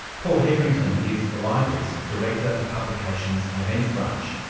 paul hetherington is the library's director of publications and events branch.